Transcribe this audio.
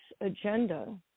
agenda